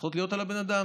צריכות להיות על האדם,